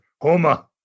Homa